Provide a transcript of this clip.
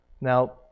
Now